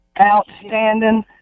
Outstanding